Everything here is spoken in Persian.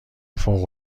فوق